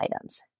items